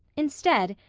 instead,